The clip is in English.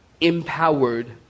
empowered